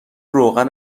روغن